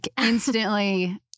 Instantly